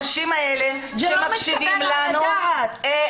----- זה לא מתקבל על הדעת.